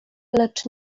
lecz